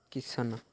Kishan